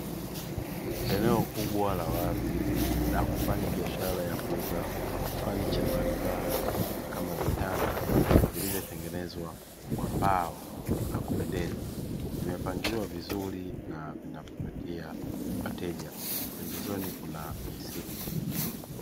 Eneo kubwa la wazi la kufanya biashara ya kuuza fanicha mbalimbali kama vitanda vilivyotengenezwa kwa mbao na kupendeza, vimepangiliwa vizuri na vinavutia wateja; pembezoni kuna misitu.